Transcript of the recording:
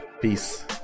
Peace